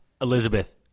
Elizabeth